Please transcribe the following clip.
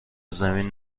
زمین